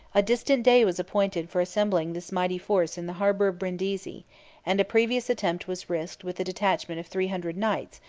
a distant day was appointed for assembling this mighty force in the harbor of brindisi and a previous attempt was risked with a detachment of three hundred knights,